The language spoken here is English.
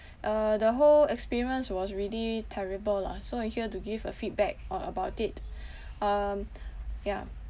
uh the whole experience was really terrible lah so I'm here to give a feedback on about it um yeah